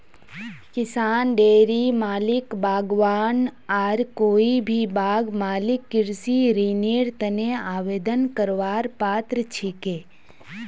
किसान, डेयरी मालिक, बागवान आर कोई भी बाग मालिक कृषि ऋनेर तने आवेदन करवार पात्र छिके